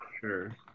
sure